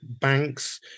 banks